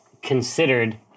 Considered